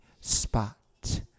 spot